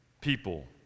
people